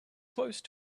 close